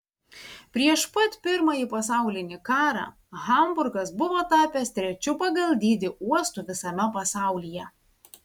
prieš pat pirmąjį pasaulinį karą hamburgas buvo tapęs trečiu pagal dydį uostu visame pasaulyje